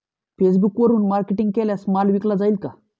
फेसबुकवरुन मार्केटिंग केल्यास माल विकला जाईल का?